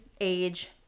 age